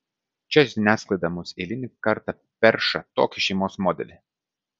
čia žiniasklaida mums eilinį kartą perša tokį šeimos modelį